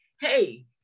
hey